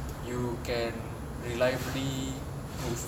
you can reliably prove